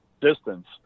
distance